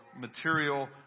material